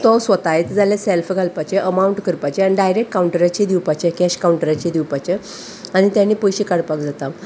तो स्वता येता जाल्यार सेल्फ घालपाचें अमावंट करपाचे आनी डायरेक्ट अकावंटराचेर दिवपाचे कॅश कावंटराचेर दिवपाचें आनी तेणी पयशे काडपाक जाता